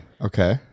Okay